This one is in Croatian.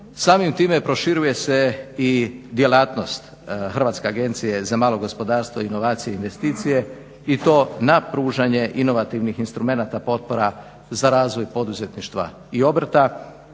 Samim time proširuje se i djelatnost Hrvatske agencije za malo gospodarstvo, inovacije i investicije i to na pružanje inovativnih instrumenata potpora za razvoj poduzetništva i obrta